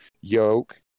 yoke